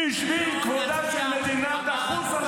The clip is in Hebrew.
בגלל